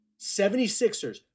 76ers